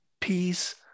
peace